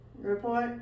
Report